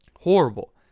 Horrible